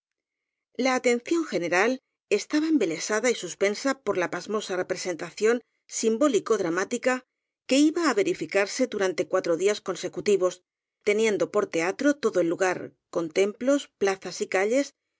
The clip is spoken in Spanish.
la atención general estaba embelesada y suspensa por la pasmosa representa ción simbólico dramática que iba á verificarse du rante cuatro días consecutivos teniendo por teatro todo el lugar con templos plazas y calles